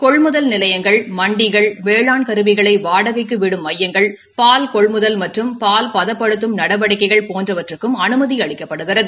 கொள்முதல் நிலையங்கள் மண்டிகள் வேளாண் கருவிகளை வாடகைக்கு விடும் மையங்கள் பால் கொள்முதல் மற்றும் பால் பதப்படுத்தும் நடவடிக்கைகள் போன்றவற்றிற்கும் அனுமதி அளிக்கப்படுகிறது